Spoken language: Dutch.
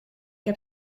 heb